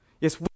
Yes